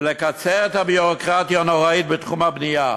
ולקצר את הביורוקרטיה הנוראית בתחום הבנייה.